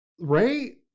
Ray